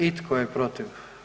I tko je protiv?